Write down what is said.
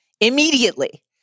immediately